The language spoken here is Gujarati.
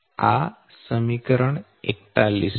આ સમીકરણ 41 છે